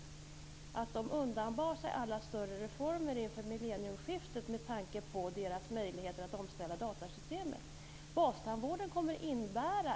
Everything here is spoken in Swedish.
Man undanbad sig nämligen alla större reformer inför mellennieskiftet med tanke på svårigheterna att omställa datasystemet. Bastandvården kommer att innebära att antalet tandvårdsräkningar kommer att öka med 2 1⁄2 till 3 miljoner.